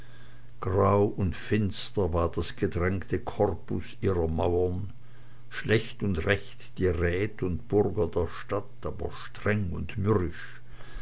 grau und finster war das gedrängte korpus ihrer mauern und türme schlecht und recht die rät und bürger der stadt aber streng und mürrisch